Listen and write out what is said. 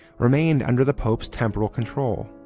remained under the pope's temporal control.